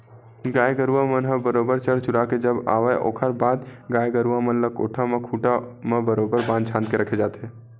गाय गरुवा मन ह बरोबर चर चुरा के जब आवय ओखर बाद गाय गरुवा मन ल कोठा म खूंटा म बरोबर बांध छांद के रखे जाथे